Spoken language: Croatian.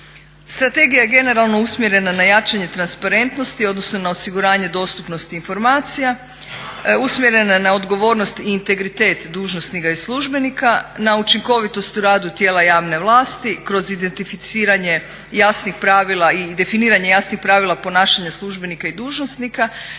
Strategija je generalno sumjerena na jačanje transparentnosti, odnosno na osiguranje dostupnosti informacija, usmjerena je na odgovornosti i integritet dužnosnika i službenika, na učinkovitost u radu tijela javne vlasti kroz identificiranje jasnih pravila i definiranje jasnih pravila ponašanja službenika i dužnosnika,